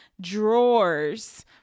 drawers